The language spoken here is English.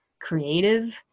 creative